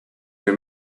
her